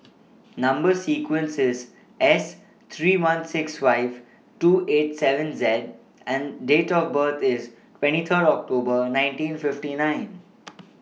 Number sequence IS S three one six five two eight seven Z and Date of birth IS twenty Third October nineteen fifty nine